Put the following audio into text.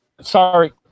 Sorry